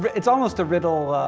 but it's almost a riddle.